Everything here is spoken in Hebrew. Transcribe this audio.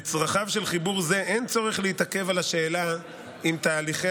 לצרכיו של חיבור זה אין צורך להתעכב על השאלה אם תהליכי